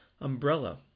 umbrella